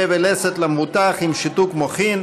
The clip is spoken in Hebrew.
פה ולסת למבוטח עם שיתוק מוחין),